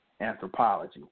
anthropology